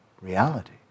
reality